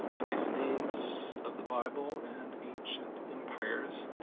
place names of the bible and ancient empires.